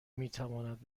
میتواند